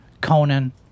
Conan